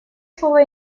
слово